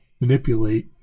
manipulate